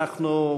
אנחנו,